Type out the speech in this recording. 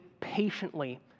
patiently